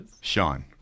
Sean